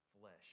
flesh